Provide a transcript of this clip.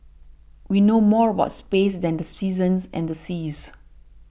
we know more about space than the seasons and the seas